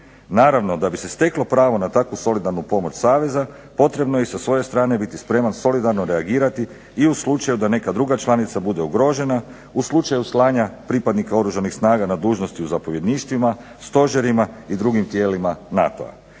Naravno, da bi se steklo pravo na takvu solidarnu pomoć saveza potrebno je i sa svoje strane biti spreman solidarno reagirati i u slučaju da neka druga članica bude ugrožena, u slučaju slanja pripadnika Oružanih snaga na dužnosti u zapovjedništvima, stožerima i drugim tijelima NATO–a.